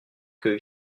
que